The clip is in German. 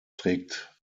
trägt